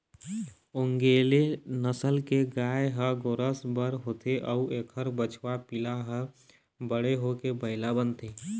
ओन्गेले नसल के गाय ह गोरस बर होथे अउ एखर बछवा पिला ह बड़े होके बइला बनथे